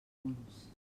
punts